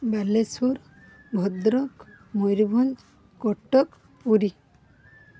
Balasore Bhadrak Mayurbhanj Cuttack Puri